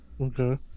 Okay